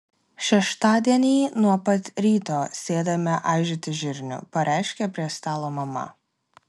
šeštadienį nuo pat ryto sėdame aižyti žirnių pareiškė prie stalo mama